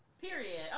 Period